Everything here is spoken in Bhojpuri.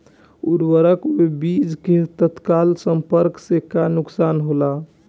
उर्वरक अ बीज के तत्काल संपर्क से का नुकसान होला?